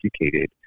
educated